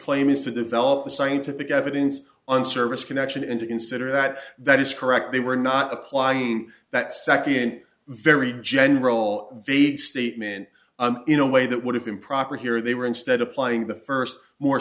claim is that develop the scientific evidence and service connection and to consider that that is correct they were not applying that sec in very general vague statement in a way that would have improper here they were instead applying the first more